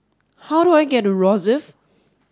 how do I get to Rosyth